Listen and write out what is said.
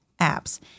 apps